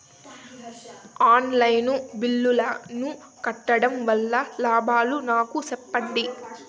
On line బిల్లుల ను కట్టడం వల్ల లాభాలు నాకు సెప్పండి?